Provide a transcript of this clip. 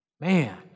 Man